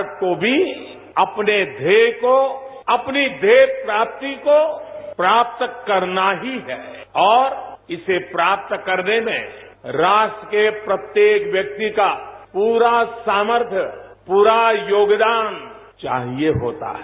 भारत को भी अपने ध्येय को अपनी ध्येय प्राप्ति को प्राप्त करना ही है और इसे प्राप्त करने में राष्ट्र के प्रत्येक व्यक्ति का पूरा सामर्थ्य पूरा योगदान चाहिए होता है